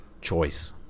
choice